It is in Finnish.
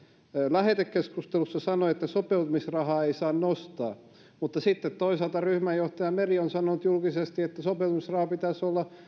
lähetekeskustelussa sanoi että sopeutumisrahaa ei saa nostaa mutta sitten toisaalta ryhmänjohtaja meri on sanonut julkisesti että sopeutumisrahan pitäisi olla